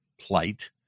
plight